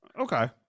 Okay